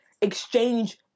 exchange